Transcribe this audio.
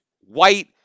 white